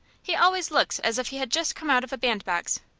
he always looks as if he had just come out of a bandbox.